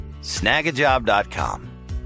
snagajob.com